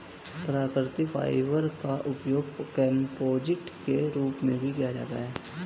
प्राकृतिक फाइबर का उपयोग कंपोजिट के रूप में भी किया जाता है